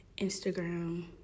Instagram